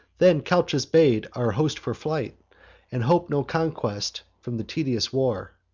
then calchas bade our host for flight and hope no conquest from the tedious war,